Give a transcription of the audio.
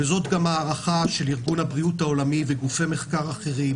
זאת גם ההערכה של ארגון הבריאות העולמי וגופי מחקר אחרים,